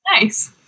Nice